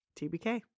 TBK